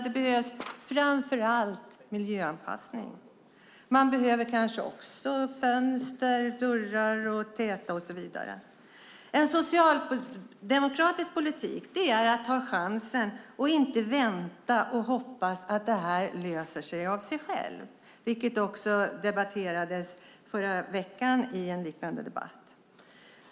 Det behövs framför allt miljöanpassning. Man behöver kanske också fönster, dörrar, tätning och så vidare. En socialdemokratisk politik är att ta chansen och inte vänta och hoppas att det löser sig av sig själv, vilket också sades i förra veckan i en liknande debatt.